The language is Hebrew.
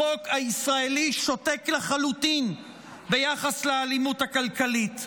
החוק הישראלי שותק לחלוטין ביחס לאלימות הכלכלית,